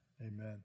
Amen